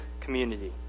community